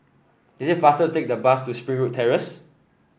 it is faster to take the bus to Springwood Terrace